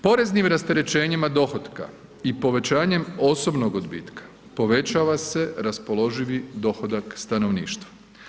Poreznim rasterećenjima dohotka i povećanjem osobnog odbitka povećava se raspoloživi dohodak stanovništva.